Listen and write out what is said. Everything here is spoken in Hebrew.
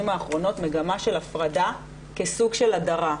האחרונות מגמה של הפרדה כסוג של הדרה,